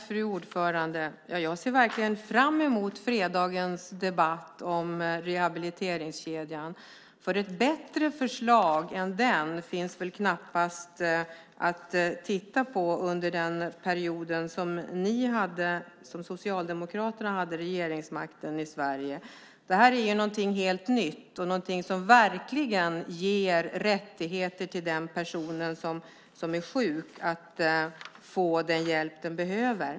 Fru talman! Jag ser verkligen fram emot fredagens debatt om rehabiliteringskedjan, för ett bättre förslag än detta såg man knappast under den period som Socialdemokraterna hade regeringsmakten i Sverige. Det här är något helt nytt och något som verkligen ger rättigheter till den person som är sjuk att få den hjälp som behövs.